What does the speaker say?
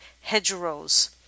hedgerows